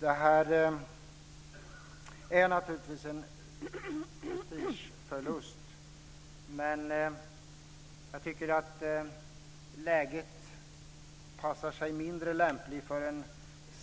Det här är naturligtvis en prestigeförlust, men jag tycker att läget är mindre lämpligt för en